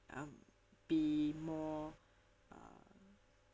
um be more uh